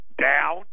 down